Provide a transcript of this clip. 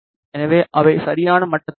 எனவே அவை சரியான மட்டத்தில் உள்ளன